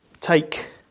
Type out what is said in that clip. take